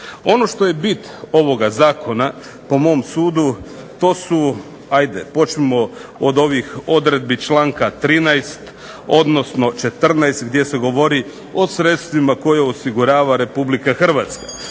Ono što je bit ovoga zakona po mom sudu to su hajde počnimo od ovih odredbi članka 13. odnosno 14. gdje se govori o sredstvima koje osigurava Republika Hrvatska.